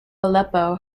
aleppo